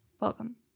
Welcome